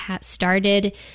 started